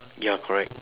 ya correct